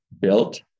built